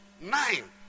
nine